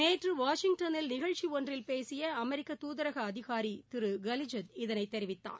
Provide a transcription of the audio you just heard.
நேற்று வாஷிங்டனில் நிகழ்ச்சி ஒன்றில் பேசிய அமெிக்க தூதரக அதிகாரி திரு கலிஜத் இதனைத் தெரிவித்தார்